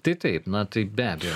tai taip na tai be abejo